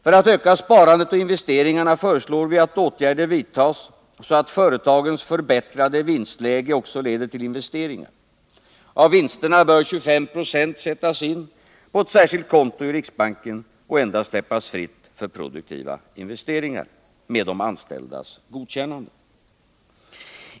För att öka sparandet och investeringarna föreslår vi att åtgärder vidtas så att företagens förbättrade vinstläge också leder till investeringar. Av vinsterna bör 25 90 sättas in på ett särskilt konto i riksbanken och endast släppas fritt för produktiva investeringar med de anställdas godkännande.